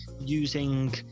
Using